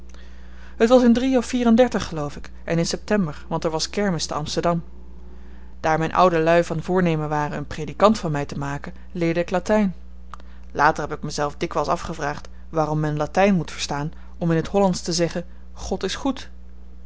het was in drie of vier en dertig geloof ik en in september want er was kermis te amsterdam daar myn oude luî van voornemen waren een predikant van my te maken leerde ik latyn later heb ik myzelf dikwyls afgevraagd waarom men latyn moet verstaan om in t hollandsch te zeggen god is goed